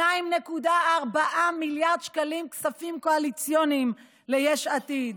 2.4 מיליארד שקלים כספים קואליציוניים ליש עתיד.